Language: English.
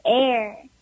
air